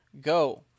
Go